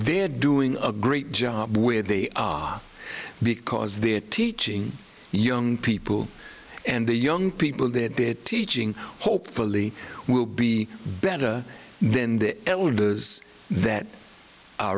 they're doing a great job where they are because they're teaching young people and the young people that they're teaching hopefully will be better then the elders that are